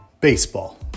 baseball